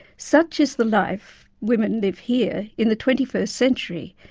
such is the life women live here in the twenty-first century,